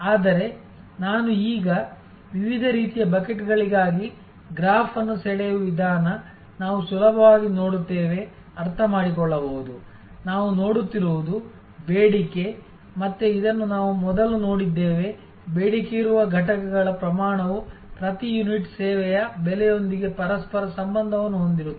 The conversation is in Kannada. ಆದರೆ ನಾನು ಈಗ ವಿವಿಧ ರೀತಿಯ ಬಕೆಟ್ಗಳಿಗಾಗಿ ಗ್ರಾಫ್ ಅನ್ನು ಸೆಳೆಯುವ ವಿಧಾನ ನಾವು ಸುಲಭವಾಗಿ ನೋಡುತ್ತೇವೆ ಅರ್ಥಮಾಡಿಕೊಳ್ಳಬಹುದು ನಾವು ನೋಡುತ್ತಿರುವುದು ಬೇಡಿಕೆ ಮತ್ತೆ ಇದನ್ನು ನಾವು ಮೊದಲು ನೋಡಿದ್ದೇವೆ ಬೇಡಿಕೆಯಿರುವ ಘಟಕಗಳ ಪ್ರಮಾಣವು ಪ್ರತಿ ಯೂನಿಟ್ ಸೇವೆಯ ಬೆಲೆಯೊಂದಿಗೆ ಪರಸ್ಪರ ಸಂಬಂಧವನ್ನು ಹೊಂದಿರುತ್ತದೆ